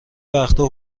وقتا